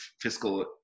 fiscal